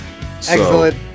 excellent